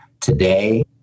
Today